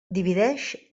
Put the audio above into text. divideix